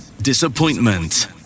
disappointment